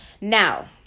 Now